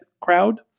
crowd